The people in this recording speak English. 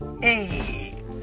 Hey